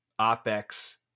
OPEX